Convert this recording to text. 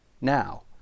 now